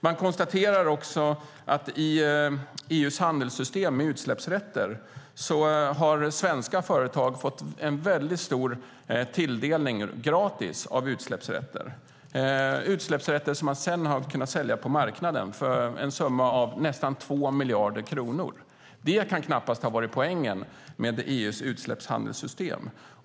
Man konstaterar också att i EU:s handelssystem med utsläppsrätter har svenska företag fått en väldigt stor tilldelning gratis av utsläppsrätter, utsläppsrätter som man sedan har kunnat sälja på marknaden för en summa av nästan 2 miljarder kronor. Det kan knappast ha varit poängen med EU:s utsläppshandelssystem.